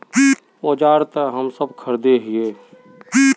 औजार तो हम सब खरीदे हीये?